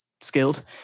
skilled